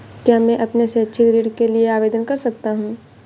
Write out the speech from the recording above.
क्या मैं अपने शैक्षिक ऋण के लिए आवेदन कर सकता हूँ?